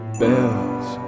bells